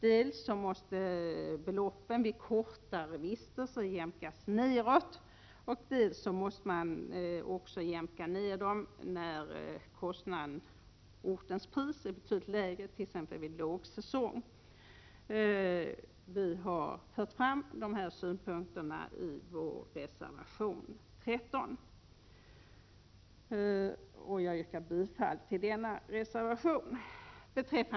Dels måste beloppen vid kortare vistelse jämkas nedåt, dels måste man också jämka när ortens pris är betydligt lägre, t.ex. vid lågsäsong. Vi har fört fram dessa synpunkter i vår reservation 13, och jag yrkar bifall till denna reservation.